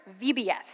VBS